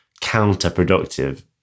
counterproductive